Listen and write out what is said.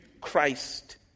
Christ